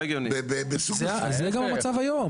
זה גם המצב היום.